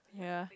ya